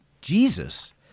Jesus